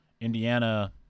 Indiana